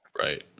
right